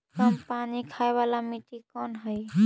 कम पानी खाय वाला मिट्टी कौन हइ?